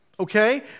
okay